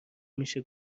میشه